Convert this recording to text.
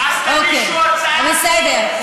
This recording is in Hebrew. אוקיי, בסדר.